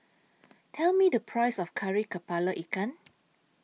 Tell Me The Price of Kari Kepala Ikan